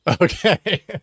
Okay